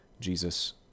Jesus